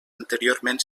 anteriorment